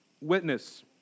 witness